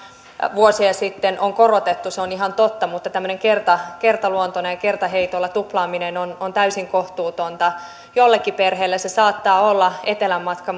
vuosia sitten korotettu se on ihan totta tämmöinen kertaluontoinen ja kertaheitolla tuplaaminen on on täysin kohtuutonta jollekin perheelle se saattaa olla etelänmatka